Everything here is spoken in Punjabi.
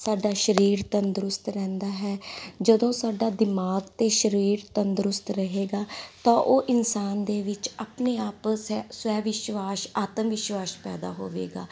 ਸਾਡਾ ਸਰੀਰ ਤੰਦਰੁਸਤ ਰਹਿੰਦਾ ਹੈ ਜਦੋਂ ਸਾਡਾ ਦਿਮਾਗ ਅਤੇ ਸਰੀਰ ਤੰਦਰੁਸਤ ਰਹੇਗਾ ਤਾਂ ਉਹ ਇਨਸਾਨ ਦੇ ਵਿੱਚ ਆਪਣੇ ਆਪ ਸੈ ਸਵੈ ਵਿਸ਼ਵਾਸ ਆਤਮ ਵਿਸ਼ਵਾਸ ਪੈਦਾ ਹੋਵੇਗਾ